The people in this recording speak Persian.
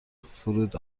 فرود